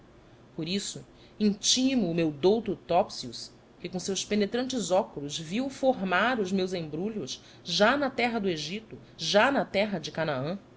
por isso intimo o meu douto topsius que com os seus penetrantes óculos viu formar os meus embrulhos já na terra do egito já na terra de canaã